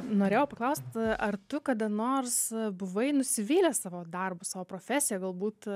norėjau paklaust ar tu kada nors buvai nusivylęs savo darbu savo profesija galbūt